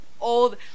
Old